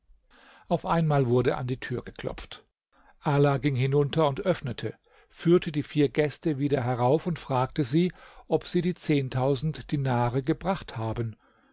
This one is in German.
auf einmal wurde an die tür geklopft ala ging hinunter und öffnete führte die vier gäste wieder herauf und fragte sie ob sie die zehntausend dinare gebracht haben